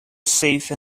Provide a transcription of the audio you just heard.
safe